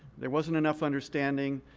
there wasn't enough understanding